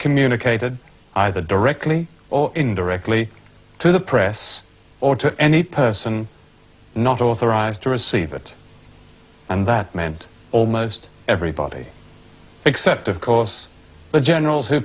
communicated either directly or indirectly to the press or to any person not authorized to receive it and that meant almost everybody except of course the generals who